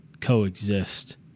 coexist